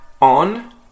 on